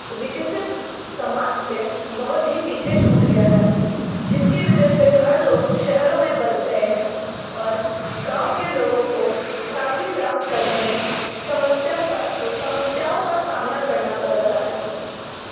विकिसित समाज से बहुत ही पीछे छूट गया है जिसकी वजह से हर लोग शहरों में बस गए हैं और गाँव के लोगों को साथी प्राप्त करने में समस्या समस्याओं का सामना करना पड़ रहा है